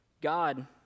God